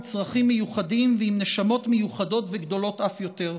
צרכים מיוחדים ועם נשמות מיוחדות וגדולות אף יותר.